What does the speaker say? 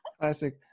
Classic